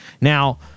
Now